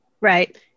Right